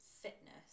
fitness